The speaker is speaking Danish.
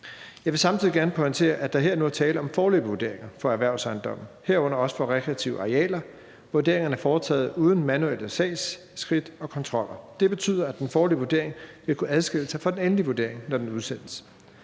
Jeg vil samtidig gerne pointere, at der her og nu er tale om foreløbige vurderinger for erhvervsejendomme, herunder også for rekreative arealer. Vurderingerne er foretaget uden manuelle sagsskridt og kontroller. Det betyder, at den foreløbige vurdering vil kunne adskille sig fra den endelige vurdering, når den udsendes.